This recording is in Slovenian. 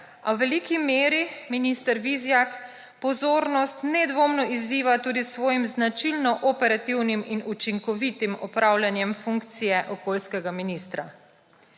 a v veliki meri minister Vizjak pozornost nedvomno izziva tudi s svojim značilno operativnim in učinkovitim opravljanjem funkcije okoljskega ministra.